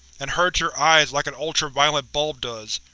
and hurts your eyes like an ultraviolet bulb does.